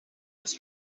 its